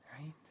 right